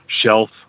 shelf